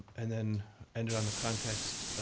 and then ended on the context